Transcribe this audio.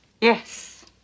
Yes